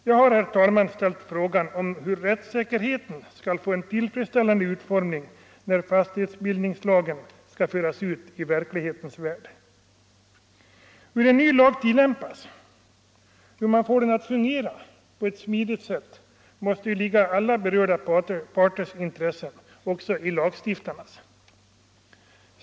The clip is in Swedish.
Jag har, herr talman, ställt frågan hur rättssäkerheten skall tillfredsställande tillgodoses när fastighetsbildningslagen skall föras ut i verklighetens värld. Hur en ny lag tillämpas — att man får den att fungera på ett smidigt sätt — måste vara en fråga av intresse för alla parter; också för lagstiftarna.